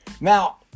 now